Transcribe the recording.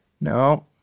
No